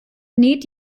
näht